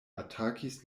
atakis